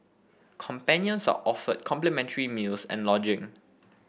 companions are offered complimentary meals and lodging